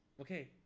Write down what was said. Okay